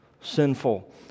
sinful